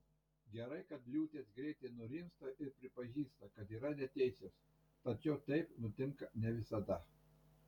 gerai kad liūtės greitai nurimsta ir pripažįsta kad yra neteisios tačiau taip nutinka ne visada